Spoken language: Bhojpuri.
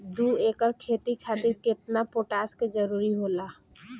दु एकड़ खेती खातिर केतना पोटाश के जरूरी होला?